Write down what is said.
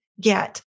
get